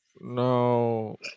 no